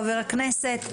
חבר הכנסת,